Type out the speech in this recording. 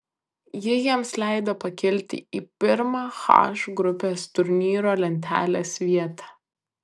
ji jiems leido pakilti į pirmą h grupės turnyro lentelės vietą